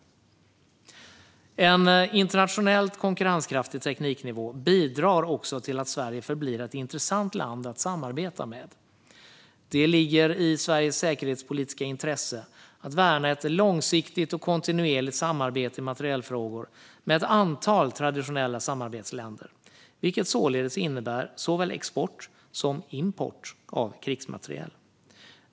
En internationellt konkurrenskraftig tekniknivå bidrar också till att Sverige förblir ett intressant land att samarbeta med. Det ligger i Sveriges säkerhetspolitiska intresse att värna ett långsiktigt och kontinuerligt samarbete i materielfrågor med ett antal traditionella samarbetsländer, vilket således innebär såväl export som import av krigsmateriel.